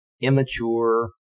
immature